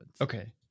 Okay